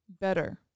better